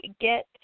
get